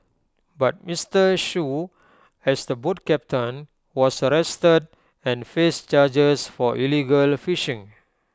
but Mister Shoo has the boat captain was arrested and faced charges for illegal fishing